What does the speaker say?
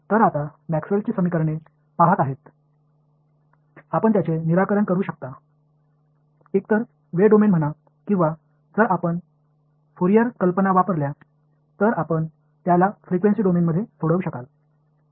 तर आता मॅक्सवेलची समीकरणे पहात आहेत आपण त्यांचे निराकरण करू शकता एकतर वेळ डोमेन म्हणा किंवा जर आपण फुरियर कल्पना वापरल्या तर आपण त्याला फ्रिक्वेन्सी डोमेनमध्ये सोडवू शकाल